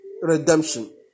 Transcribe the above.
redemption